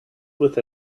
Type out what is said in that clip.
with